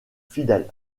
fidèles